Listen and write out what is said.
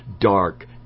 dark